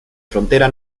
frontera